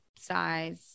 size